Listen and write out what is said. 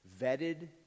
vetted